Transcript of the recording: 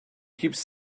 keeps